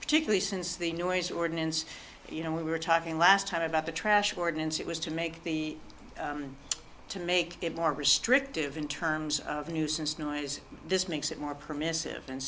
particularly since the noise ordinance you know we were talking last time about the trash ordinance it was to make the to make it more restrictive in terms of the nuisance noise this makes it more permissive and